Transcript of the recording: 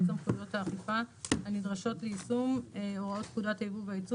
סמכויות האכיפה הנדרשות ליישום הוראות פקודת היבוא והיצוא